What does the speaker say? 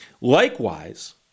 Likewise